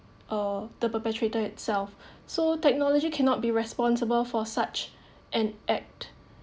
uh the perpetrator itself so technology cannot be responsible for such an act